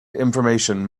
information